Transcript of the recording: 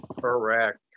Correct